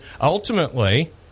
ultimately